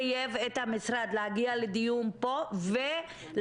חייב את המשרד להגיע לדיון פה ולתת